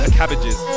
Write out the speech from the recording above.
cabbages